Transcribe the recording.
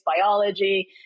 biology